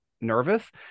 nervous